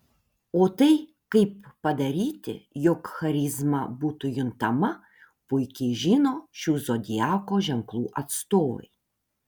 o tai kaip padaryti jog charizma būtų juntama puikiai žino šių zodiako ženklų atstovai